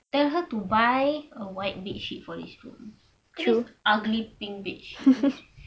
tell her to buy a white bed sheet for this room so ugly pink bed sheet